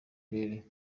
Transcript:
turere